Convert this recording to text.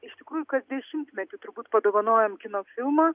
iš tikrųjų kas dešimtmetį turbūt padovanojam kino filmą